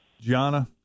Gianna